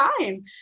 time